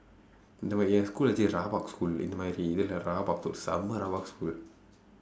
இந்த மாதிரி என்:indtha maathiri en school actually rabak school இந்த மாதிரி:indtha maathiri rabak செம்ம:semma rabak school